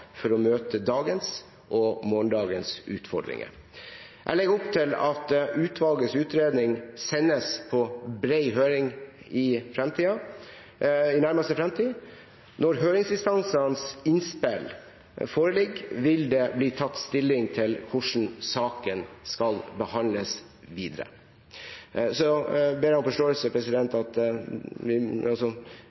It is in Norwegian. for å møte dagens og morgendagens utfordringer. Jeg legger opp til at utvalgets utredning sendes på bred høring i nærmeste fremtid. Når høringsinstansenes innspill foreligger, vil det bli tatt stilling til hvordan saken skal behandles videre. Så ber jeg om forståelse,